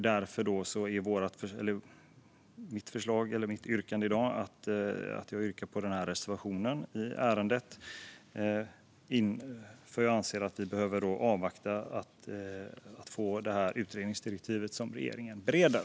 Därför yrkar jag bifall till reservationen i betänkandet, eftersom jag anser att vi behöver avvakta det utredningsdirektiv som regeringen bereder.